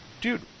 dude